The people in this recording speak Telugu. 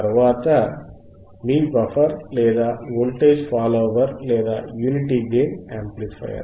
తరువాత ఇది మీ బఫర్ లేదా వోల్టేజ్ ఫాలోవర్ లేదా యూనిటీ గెయిన్ యాంప్లిఫయర్